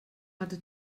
hatte